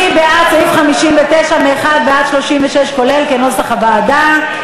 מי בעד סעיף 59(1) (36), כולל, כנוסח הוועדה?